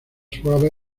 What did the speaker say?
suaves